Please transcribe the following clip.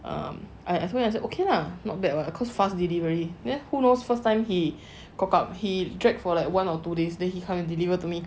um I say okay lah not bad [what] cause fast delivery then who knows first time he cocked up he dragged for like one or two days then he come and delivered to me